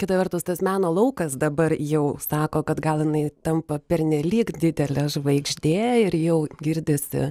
kita vertus tas meno laukas dabar jau sako kad gal jinai tampa pernelyg didelė žvaigždė ir jau girdisi